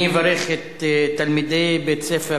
אני אברך את תלמידי בית-הספר,